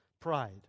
pride